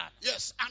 Yes